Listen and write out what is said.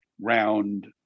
round